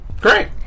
great